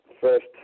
first